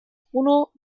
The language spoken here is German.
bruno